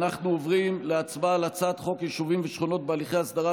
אנחנו עוברים להצבעה על הצעת חוק יישובים ושכונות בהליכי הסדרה,